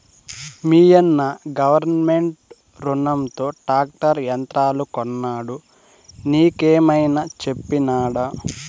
మీయన్న గవర్నమెంట్ రునంతో ట్రాక్టర్ యంత్రాలు కొన్నాడు నీకేమైనా చెప్పినాడా